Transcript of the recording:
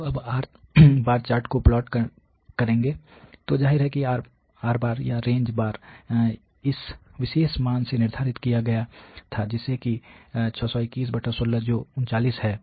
तो अब R chart को प्लॉट करेंगे तो जाहिर है R या रेंज बार इस विशेष मान से निर्धारित किया गया था जैसा कि जो 39 है